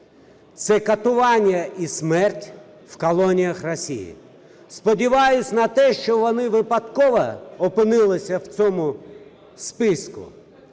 це катування і смерть в колоніях Росії. Сподіваюсь на те, що вони випадково опинилися в цьому списку.